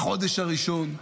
בחודש הראשון,